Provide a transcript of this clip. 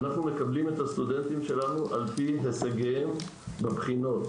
אנחנו מקבלים את הסטודנטים שלנו לפי הישגיהם בבחינות.